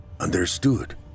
Understood